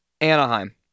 Anaheim